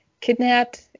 kidnapped